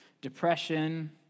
depression